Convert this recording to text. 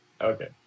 Okay